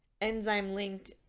enzyme-linked